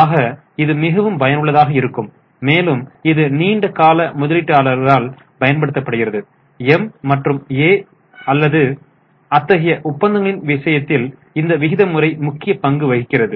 ஆக இது மிகவும் பயனுள்ளதாக இருக்கும் மேலும் இது நீண்ட கால முதலீட்டாளர்களால் பயன்படுத்தப்படுகிறது எம் மற்றும் ஏ அல்லது அத்தகைய ஒப்பந்தங்களின் விஷயத்தில் இந்த விகித முறை முக்கிய பங்கு வகிக்கிறது